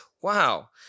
Wow